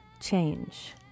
change